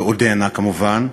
ועודנה כמובן.